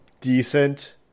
decent